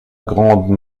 grande